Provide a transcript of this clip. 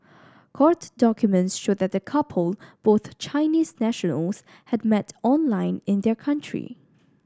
court documents show that the couple both Chinese nationals had met online in their country